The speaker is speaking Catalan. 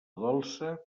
dolça